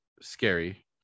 scary